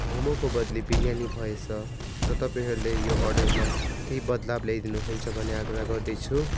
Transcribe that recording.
मोमोको बद्ली बिरयानी भएछ र तपाईँहरूले यो अर्डरमा केही बद्लाउ ल्याइदिनु हुन्छ भन्ने आग्रह गर्दैछु